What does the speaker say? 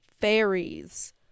fairies